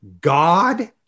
God